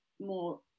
more